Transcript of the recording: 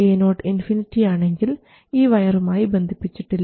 Ao infinity ആണെങ്കിൽ ഇവ വയറുമായി ബന്ധിപ്പിച്ചിട്ടില്ല